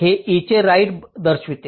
हे e net right दर्शवते